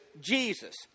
Jesus